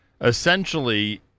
essentially